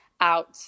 out